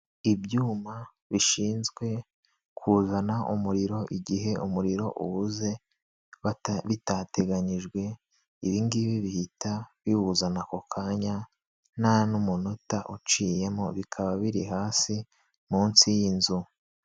Ibyuma bishinzwe kuzana umuriro igihe umuriro ubuze bitateganyijwe, ibi ngibi bihita biwuzana ako kanya nta n'umunota uciyemo, bikaba biri hasi munsi y'inzu.